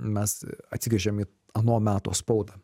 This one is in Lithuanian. mes atsigręžiam į ano meto spaudą